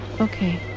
okay